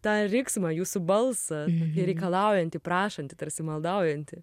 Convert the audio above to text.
tą riksmą jūsų balsą reikalaujantį prašantį tarsi maldaujantį